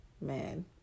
man